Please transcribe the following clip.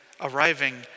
arriving